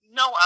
no